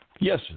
Yes